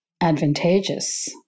advantageous